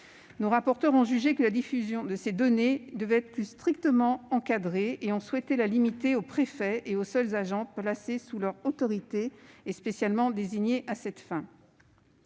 Les rapporteurs ont jugé que la diffusion de ces données devait être plus strictement encadrée et ont souhaité la limiter aux préfets et aux seuls agents placés sous leur autorité et spécialement désignés à cette fin.